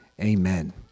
amen